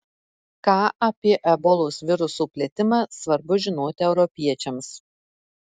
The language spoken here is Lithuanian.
ką apie ebolos viruso plitimą svarbu žinoti europiečiams